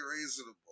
reasonable